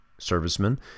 servicemen